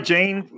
Jane